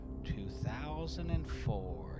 2004